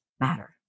matter